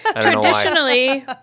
Traditionally